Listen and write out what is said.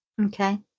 okay